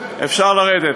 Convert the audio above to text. אפשר לרדת.